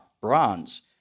bronze